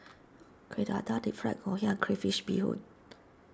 Kueh Dadar Deep Fried Ngoh Hiang and Crayfish BeeHoon